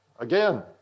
Again